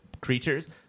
creatures